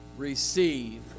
Receive